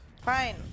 Fine